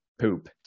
poop